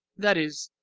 that is,